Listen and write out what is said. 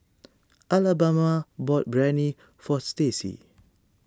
Alabama bought Biryani for Stacie